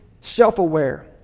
self-aware